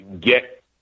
get